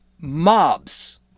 Mobs